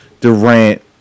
Durant